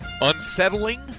Unsettling